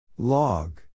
Log